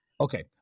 Okay